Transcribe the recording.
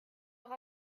auch